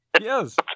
yes